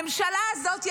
הממשלה הזאת,